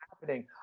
happening